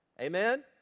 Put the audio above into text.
Amen